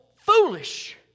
foolish